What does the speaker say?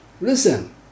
Listen